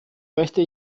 möchte